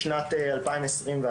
בשנת 2021,